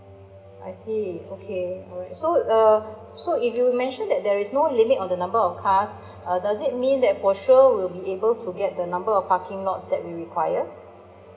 I see okay alright so uh so if you mention that there is no limit on the number of cars uh does it mean that for sure we'll be able to get the number of parking lots that we require